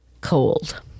cold